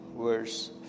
verse